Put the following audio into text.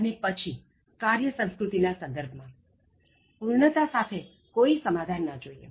અને પછી કાર્ય સંસ્ક્રૃતિના સંદર્ભમાં પૂર્ણતા સાથે કોઇ સમાધાન ન જોઇએ